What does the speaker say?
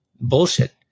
bullshit